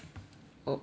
oh oh oh